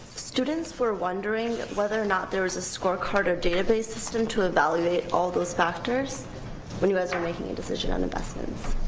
students were wondering whether or not there was a scorecard of database system to evaluate all those factors what you guys are making a decision on the bus's